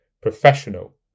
professional